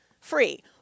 free